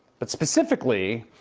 but specifically,